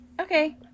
okay